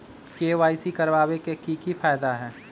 KYC करवाबे के कि फायदा है?